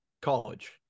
college